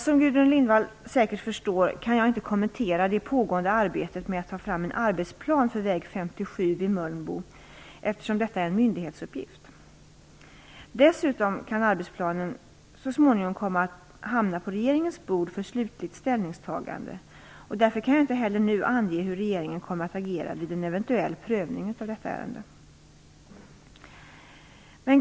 Som Gudrun Lindvall säkert förstår kan jag inte kommentera det pågående arbetet med att ta fram en arbetsplan för väg 57 vid Mölnbo, eftersom detta är en myndighetsuppgift. Dessutom kan arbetsplanen så småningom komma att hamna på regeringens bord för slutligt ställningstagande, och därför kan jag inte nu ange hur regeringen kommer att agera vid en eventuell prövning av ärendet.